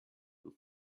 who